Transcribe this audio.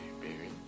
baby